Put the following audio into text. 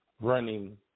running